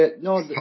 no